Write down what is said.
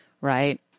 right